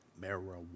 marijuana